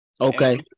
Okay